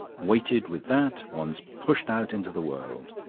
weighted with that, one's pushed out into the world.